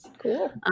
Cool